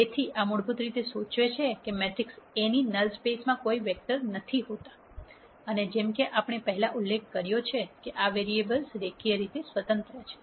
તેથી આ મૂળભૂત રીતે સૂચવે છે કે મેટ્રિક્સ A ની નલ સ્પેસ માં કોઈ વેક્ટર નથી હોતા અને જેમ કે આપણે પહેલાં ઉલ્લેખ કર્યો છે કે આ વેરીએબલ્સ રેખીય સ્વતંત્ર છે